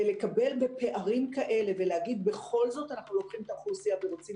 לקבל בפערים כאלה ולהגיד בכל זאת שאנחנו לוקחים את האוכלוסייה ורוצים